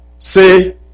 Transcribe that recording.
Say